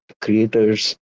creators